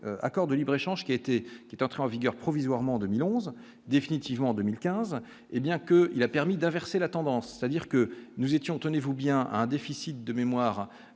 accord de libre-échange qui était, qui est entré en vigueur, provisoirement 2011 définitivement en 2015 et bien que il a permis d'inverser la tendance, c'est-à-dire que nous étions, tenez-vous bien, un déficit de mémoire